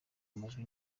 amajwi